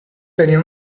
tenía